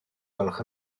gwelwch